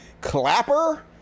Clapper